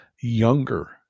younger